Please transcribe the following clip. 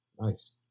Nice